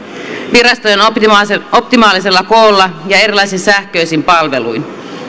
virastojen optimaalisella koolla ja erilaisin sähköisin palveluin